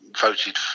voted